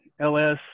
ls